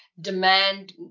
demand